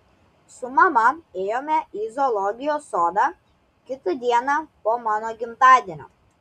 su mama ėjome į zoologijos sodą kitą dieną po mano gimtadienio